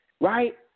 right